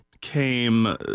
came